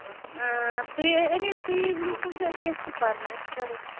اۭں تُہۍ أنِو تُہۍ یِیِو برٛونٛہہ کُن تہٕ کیٚنٛہہ چھُنہٕ پرواے أسۍ کَرو